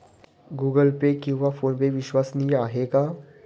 Google Pay किंवा PhonePe विश्वसनीय आहेत का?